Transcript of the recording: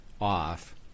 off